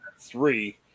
three